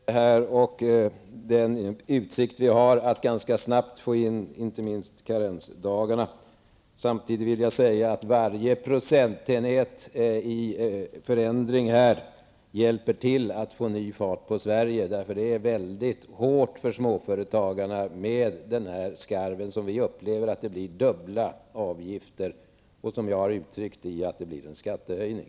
Fru talman! Jag tackar för svaret och för den utsikt vi har att ganska snart få ett beslut om inte minst karensdagarna. Samtidigt vill jag säga att varje förändring av procentenheten hjälper till att få ny fart på Sverige. Det är mycket hårt för småföretagarna i den här skarven. Vi upplever att det blir dubbla avgifter. Det är detta jag har uttryckt i mitt tal om en skattehöjning.